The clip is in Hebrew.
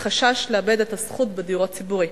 מחשש לאבד את הזכות בדיור הציבורי.